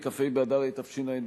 כ"ה באדר התשע"ב,